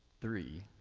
three,